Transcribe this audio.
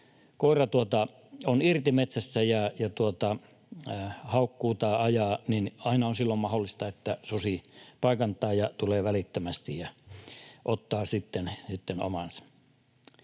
kun koira on irti metsässä ja haukkuu tai ajaa, silloin on mahdollista, että susi paikantaa ja tulee välittömästi ja ottaa sitten